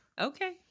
Okay